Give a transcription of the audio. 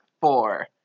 four